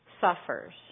suffers